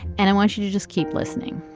and i want you to just keep listening